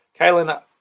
Kaylin